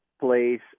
place